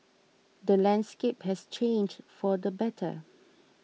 the landscape has changed for the better